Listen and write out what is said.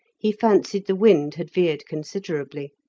he fancied the wind had veered considerably.